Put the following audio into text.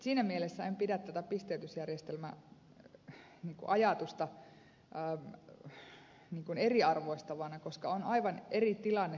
siinä mielessä en pidä tätä pisteytysjärjestelmäajatusta eriarvoistavana koska on aivan eri tilanne